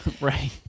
Right